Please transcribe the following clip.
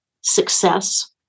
success